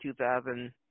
2000